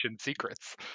secrets